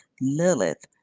Lilith